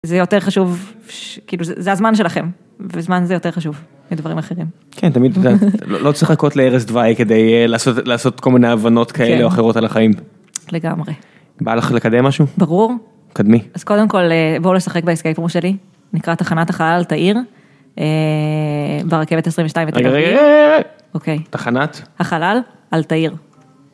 זה יותר חשוב, זה הזמן שלכם, וזמן זה יותר חשוב, מדברים אחרים. כן, תמיד לא צריך לחכות לערש דווי כדי לעשות כל מיני הבנות כאלה או אחרות על החיים. לגמרי. בא לך לקדם משהו? ברור. קדמי. אז קודם כל בואו לשחק באסקייפ רום שלי, נקרא תחנת החלל על תאיר. ברכבת 22. רגע היי היי היי. אוקיי. תחנת. החלל על תאיר.